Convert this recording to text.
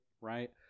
right